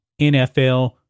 NFL